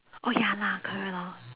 oh ya lah correct lor